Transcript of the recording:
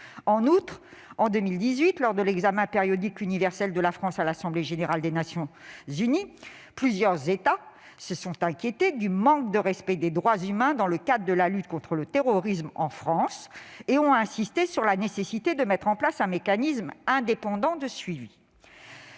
En outre, en 2018, lors de l'examen périodique universel de la France à l'Assemblée générale des Nations unies, plusieurs États se sont inquiétés du manque de respect des droits humains dans le cadre de la lutte contre le terrorisme dans notre pays et ont insisté sur la nécessité de mettre en place un mécanisme indépendant de suivi.